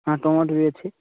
ହଁ ଟମାଟୋ ବି ଅଛି